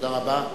תודה רבה.